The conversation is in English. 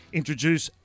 introduce